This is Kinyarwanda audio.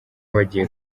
bagiye